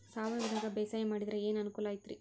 ಸಾವಯವದಾಗಾ ಬ್ಯಾಸಾಯಾ ಮಾಡಿದ್ರ ಏನ್ ಅನುಕೂಲ ಐತ್ರೇ?